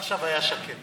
בדיוק כפי שגנדי ראה אותו.